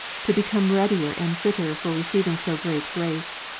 to become readier and fitter for receiving so great grace.